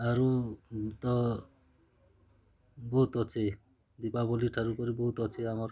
ଆରୁ ତ ବହୁତ ଅଛି ଦୀପାବଳୀ ଠାରୁ କରି ବହୁତ ଅଛି ଆମର୍